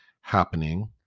happening